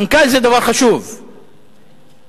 מנכ"ל זה דבר חשוב, לדעתי,